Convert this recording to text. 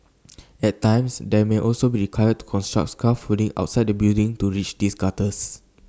at times they may also be required to construct scaffolding outside the building to reach these gutters